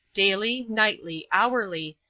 daily, nightly, hourly,